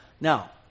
now